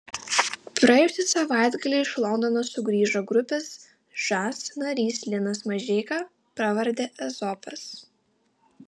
praėjusį savaitgalį iš londono sugrįžo grupės žas narys linas mažeika pravarde ezopas